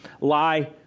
lie